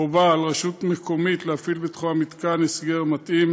חובה על רשות מקומית להפעיל בתחום המתקן הסגר מתאים